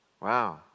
Wow